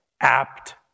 apt